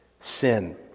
sin